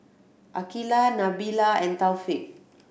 Aqeelah Nabila and Taufik